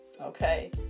okay